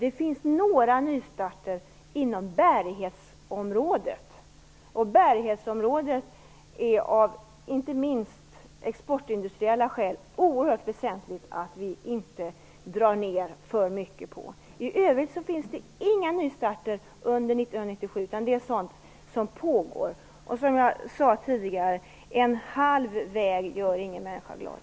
Det finns några nystarter inom bärighetsområdet, och där är det inte minst av exportindustriella skäl oerhört väsentligt att vi inte drar ned för mycket. I övrigt finns det inga nystarter under 1997, utan det handlar om sådant som pågår. Som jag sade tidigare: En halv väg gör ingen människa glad.